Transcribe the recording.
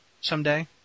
someday